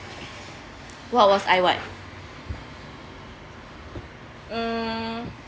what was I what mm